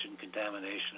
contamination